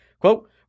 Quote